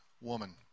woman